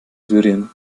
syrien